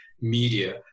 media